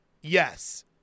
yes